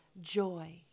joy